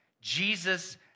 Jesus